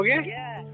Okay